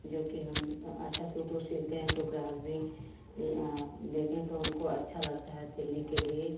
जो कि हम अच्छा सूट उट सिलते हैं तो ग्राहक भी देते हैं तो उनको अच्छा लगता है सिलने के लिए